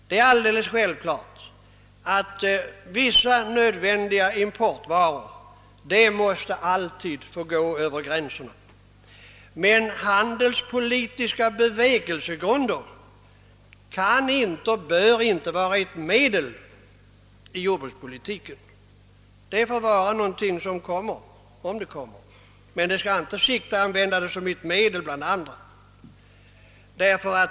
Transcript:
Det är alldeles självklari att vissa nödvändiga importvaror alltid måste få gå över gränserna, men handelspolitiska bevekelsegrunder kan och bör inte vara ett medel i jordbrukspolitiken. Det får vara något som kommer om det kommer, men det kan inte användas som ett medel bland andra.